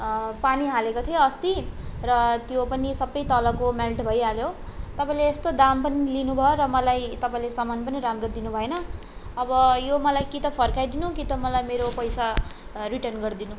पानी हालेको थिएँ अस्ति र त्यो पनि सबै तलको मेल्ट भइहाल्यो तपाईँले यस्तो दाम पनि लिनुभयो र मलाई तपाईँले सामान पनि राम्रो दिनुभएन अब यो मलाई कि त फर्काइदिनु कि त मलाई मेरो पैसा रिटर्न गरिदिनु